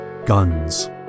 Guns